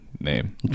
Name